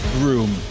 room